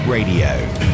Radio